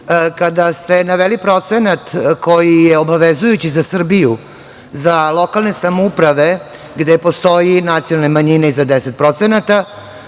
ste naveli procenat koji je obavezujući za Srbiju, za lokalne samouprave gde postoje nacionalne manjine iznad 10%,